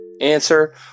Answer